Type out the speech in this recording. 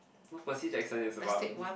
no Percy-Jackson is about this